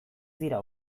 dira